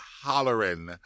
hollering